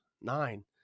Nine